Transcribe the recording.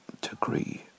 degree